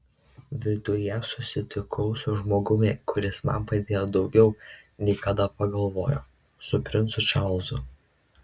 viduje susitikau su žmogumi kuris man padėjo daugiau nei kada pagalvojo su princu čarlzu